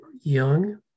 young